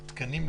תקנים,